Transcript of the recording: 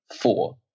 four